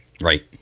Right